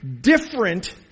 different